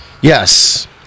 Yes